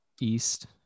East